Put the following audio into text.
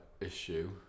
issue